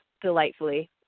delightfully